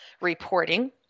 reporting